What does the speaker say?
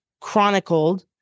chronicled